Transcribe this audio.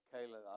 Kayla